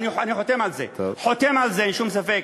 אני חותם על זה, חותם על זה, אין שום ספק.